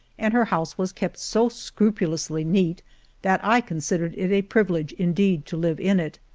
and her house was kept so scrupulously neat that i considered it a privilege indeed to live in it.